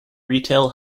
retail